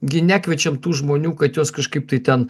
gi nekviečiam tų žmonių kad juos kažkaip tai ten